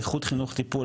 איכות חינוך טיפול,